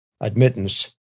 admittance